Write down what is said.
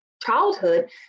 childhood